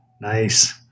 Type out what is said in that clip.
Nice